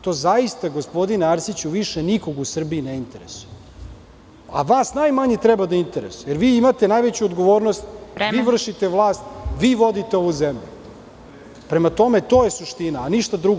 To zaista, gospodine Arsiću, više nikoga u Srbiji ne interesuje, a vas najmanje treba da interesuje, jer vi imate najveću odgovornost, vi vršite vlast, vi vodite ovu zemlju, prema tome to je suština, ništa drugo.